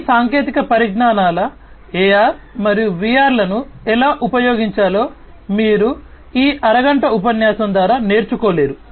ఈ సాంకేతిక పరిజ్ఞానాల AR మరియు VR లను ఎలా ఉపయోగించాలో మీరు ఈ అరగంట ఉపన్యాసం ద్వారా నేర్చుకోలేరు